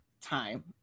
time